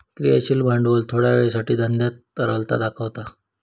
क्रियाशील भांडवल थोड्या वेळासाठी धंद्यात तरलता दाखवता